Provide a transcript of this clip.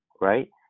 right